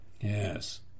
yes